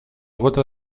gota